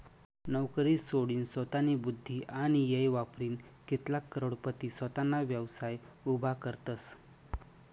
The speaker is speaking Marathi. नवकरी सोडीनसोतानी बुध्दी आणि येय वापरीन कित्लाग करोडपती सोताना व्यवसाय उभा करतसं